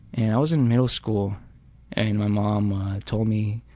and i was in middle school and my mom told me,